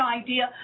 idea